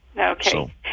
Okay